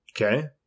Okay